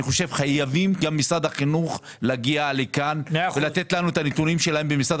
אני חושב שחייב להגיע לכאן גם משרד החינוך ולתת לנו את הנתונים שלו במשרד